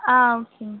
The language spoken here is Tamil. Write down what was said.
ஆ ம்